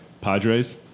Padres